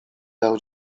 dał